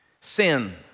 sin